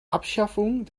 abschaffung